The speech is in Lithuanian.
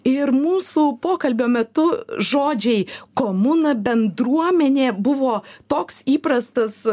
ir mūsų pokalbio metu žodžiai komuna bendruomenė buvo toks įprastas